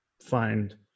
find